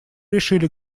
решили